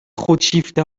خودشیفته